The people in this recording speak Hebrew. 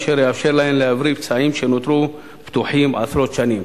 אשר יאפשר להן להבריא פצעים שנותרו פתוחים עשרות שנים.